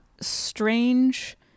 strange